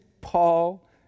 Paul